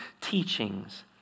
teachings